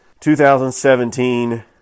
2017